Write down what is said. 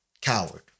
Coward